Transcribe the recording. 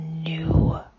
new